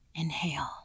Inhale